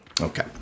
Okay